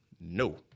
No